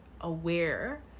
aware